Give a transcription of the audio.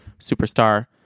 superstar